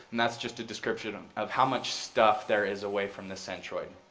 and that's just a description of how much stuff there is away from the centroid.